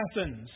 Athens